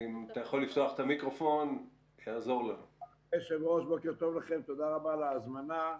בוקר טוב לכם, תודה רבה על ההזמנה.